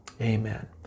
amen